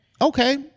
okay